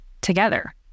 together